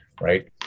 right